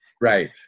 Right